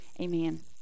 amen